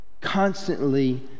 constantly